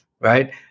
right